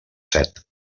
set